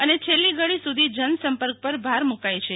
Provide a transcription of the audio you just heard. અને છેલ્લી ઘડી સુધી જન સંપર્ક પર ભાર મુ કાય છે